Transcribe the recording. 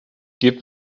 give